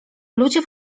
ludzie